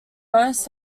most